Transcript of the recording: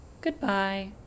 Goodbye